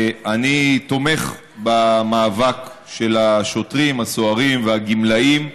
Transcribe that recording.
אני תומך במאבק של השוטרים, הסוהרים והגמלאים,